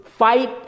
fight